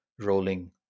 rolling